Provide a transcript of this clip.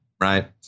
Right